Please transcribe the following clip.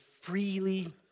freely